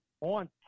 on